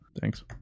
thanks